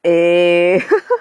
eh